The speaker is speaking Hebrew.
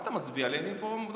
אני נותן פה שיעור היסטוריה.